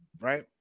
right